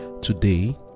Today